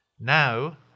Now